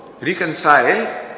reconcile